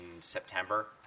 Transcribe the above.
September